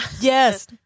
Yes